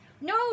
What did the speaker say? No